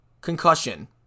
concussion